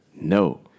No